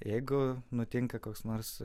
jeigu nutinka koks nors